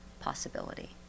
possibility